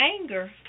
Anger